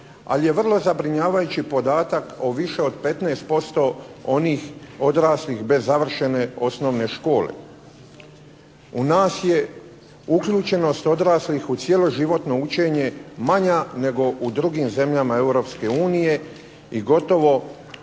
ali je vrlo zabrinjavajući podatak o više od 15% onih odraslih bez završene osnovne škole. U nas je uključenost odraslih u cijelo životno učenje manja nego u drugim zemljama Europske